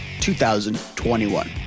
2021